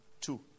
two